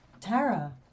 Tara